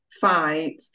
fight